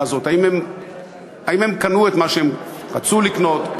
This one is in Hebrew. הזאת: האם הם קנו את מה שהם רצו לקנות,